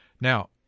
Now